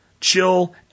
Chill